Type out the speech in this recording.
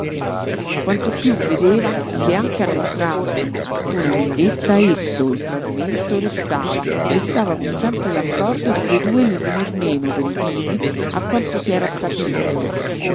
quanto piú vedeva che anche a non trarne alcuna vendetta esso il tradimento restava restava pur sempre l'accordo di quei due nel venir meno per i primi a quanto si era stabilito